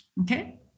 Okay